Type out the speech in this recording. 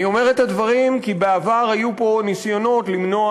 אני אומר את הדברים כי בעבר היו פה ניסיונות למנוע